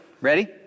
Ready